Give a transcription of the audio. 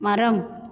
மரம்